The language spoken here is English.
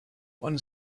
one